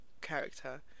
character